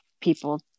people